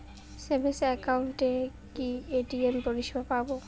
Savings একাউন্টে কি ATM পরিসেবা পাব?